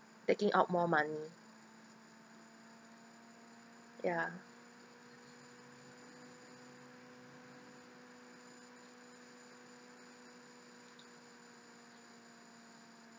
taking out more money ya